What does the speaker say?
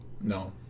No